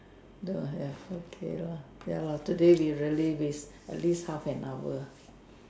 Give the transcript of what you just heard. don't have okay lah ya lah today we really waste at least half an hour